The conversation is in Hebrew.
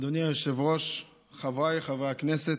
אדוני היושב-ראש, חבריי חברי הכנסת,